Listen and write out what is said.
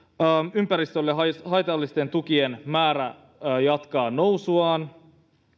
ympäristölle haitallisten tukien määrä jatkaa nousuaan